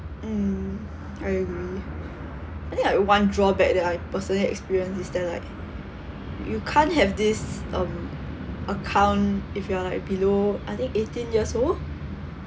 mm I agree I think like one drawback that I personally experienced is that like you know can't have this um account like if you're like below I think eighteen years old